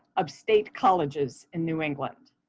of state colleges in new england?